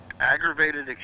aggravated